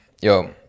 yo